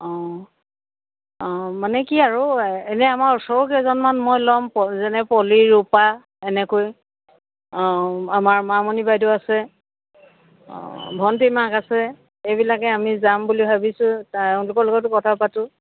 অঁ অঁ মানে কি আৰু এনেই আমাৰ ওচৰৰৰো কেইজনমান মই ল'ম প যেনে পলী ৰূপা এনেকৈ অঁ আমাৰ মামণি বাইদেউ আছে অঁ ভন্টীৰ মাক আছে এইবিলাকেই আমি যাম বুলি ভাবিছোঁ তেওঁলোকৰ লগতো কথা পাতোঁ